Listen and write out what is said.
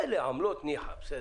מילא עמלות, ניחא, בסדר.